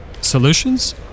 solutions